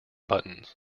buttons